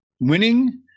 winning